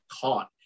caught